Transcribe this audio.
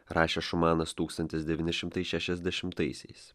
rašė šumanas tūkstantis devyni šimtai šešiasdešimtaisiais